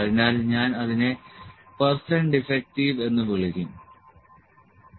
അതിനാൽ ഞാൻ അതിനെ പെർസെന്റ് ഡിഫെക്ടിവ് എന്ന് വിളിക്കും ശരി